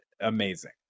amazing